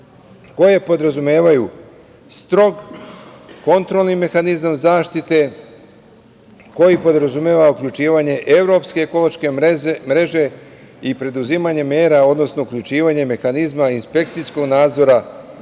koje podrazumevaju strog kontrolni mehanizam zaštite koji podrazumeva uključivanje Evropske ekološke mreže i preduzimanje mera, odnosno uključivanje mehanizma inspekcijskog nadzora